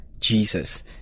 Jesus